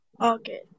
Okay